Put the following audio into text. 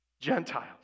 Gentiles